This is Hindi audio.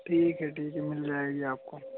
ठीक है ठीक है मिल जाएगी आपको